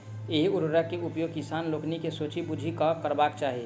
एहि उर्वरक के उपयोग किसान लोकनि के सोचि बुझि कअ करबाक चाही